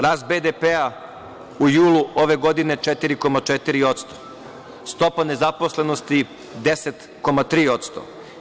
Rast BDP-a u julu ove godine je 4,4%, stopa nezaposlenosti 10,3%